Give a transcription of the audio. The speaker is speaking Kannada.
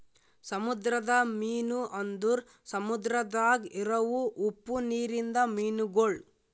ಸಮುದ್ರದ ಮೀನು ಅಂದುರ್ ಸಮುದ್ರದಾಗ್ ಇರವು ಉಪ್ಪು ನೀರಿಂದ ಮೀನುಗೊಳ್